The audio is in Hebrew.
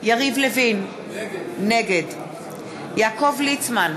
יריב לוין, נגד יעקב ליצמן,